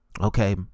okay